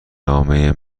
نامه